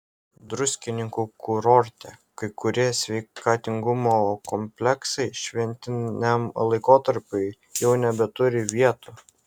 druskininkų kurorte kai kurie sveikatingumo kompleksai šventiniam laikotarpiui jau nebeturi vietų